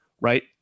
right